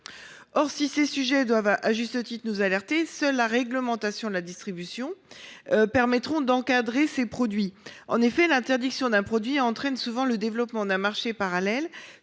Or, si ces sujets doivent à juste titre nous alerter, seule la réglementation de la distribution permettra d’encadrer ces produits. En effet, l’interdiction entraîne souvent le développement d’un marché parallèle,